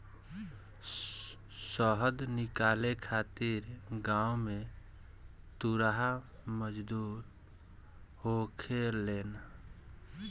शहद निकाले खातिर गांव में तुरहा मजदूर होखेलेन